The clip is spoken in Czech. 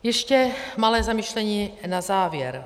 Ještě malé zamyšlení na závěr.